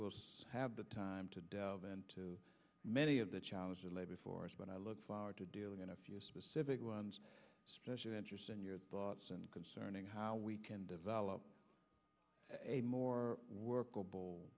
will have the time to delve into many of the challenges lay before us but i look forward to dealing in a few specific ones special interests and your thoughts and concerning how we can develop a more workable